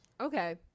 Okay